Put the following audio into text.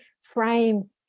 frame